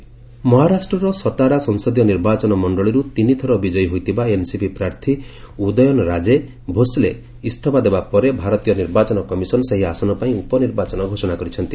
ମହା bypoll ମହାରାଷ୍ଟ୍ରର ସତାରା ସଂସଦୀୟ ନିର୍ବାଚନ ମଣ୍ଡଳୀର୍ତ୍ତିନି ଥର ବିଜୟୀ ହୋଇଥିବା ଏନ୍ସିପି ପ୍ରାର୍ଥୀ ଉଦୟନ୍ ରାଜେ ଭୋସଲେ ଇସ୍ତଫା ଦେବା ପରେ ଭାରତୀୟ ନିର୍ବାଚନ କମିଶନ୍ ସେହି ଆସନ ପାଇଁ ଉପନିର୍ବାଚନ ଘୋଷଣା କରିଛନ୍ତି